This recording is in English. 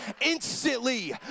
instantly